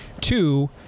two